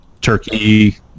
Turkey